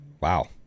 Wow